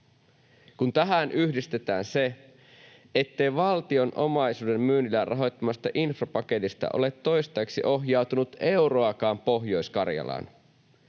Kun tähän yhdistetään se, ettei valtion omaisuuden myynnillä rahoitetusta infrapaketista ole toistaiseksi ohjautunut euroakaan Pohjois-Karjalaan